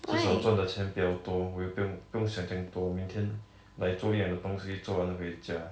至少赚的钱比较多我又不用不用想这样多明天来做一样的东西做完了回家